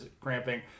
cramping